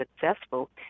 successful